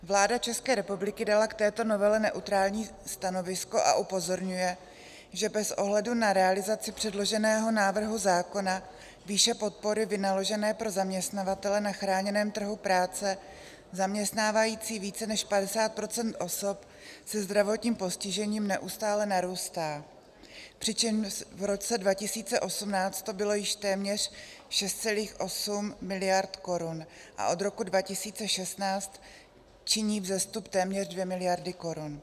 Vláda České republiky dala k této novele neutrální stanovisko a upozorňuje, že bez ohledu na realizaci předloženého návrhu zákona výše podpory vynaložené pro zaměstnavatele na chráněném trhu práce zaměstnávající více než 50 % osob se zdravotním postižením neustále narůstá, přičemž v roce 2018 to bylo již téměř 6,8 mld. korun a od roku 2016 činí vzestup téměř 2 mld. korun.